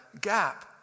gap